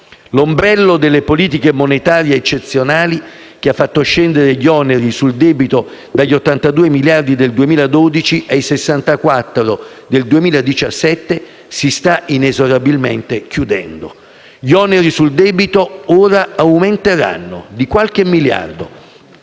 L'ombrello delle politiche monetarie eccezionali, che ha fatto scendere gli oneri sul debito dagli 82 miliardi del 2012 ai 64 del 2017, si sta inesorabilmente chiudendo. Gli oneri sul debito ora aumenteranno di qualche miliardo.